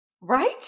Right